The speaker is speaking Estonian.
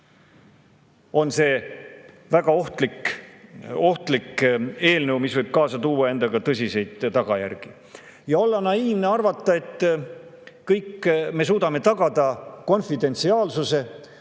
on see väga ohtlik eelnõu, mis võib kaasa tuua tõsiseid tagajärgi. On naiivne arvata, et kõik me suudame tagada konfidentsiaalsuse.